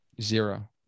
Zero